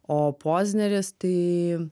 o pozneris tai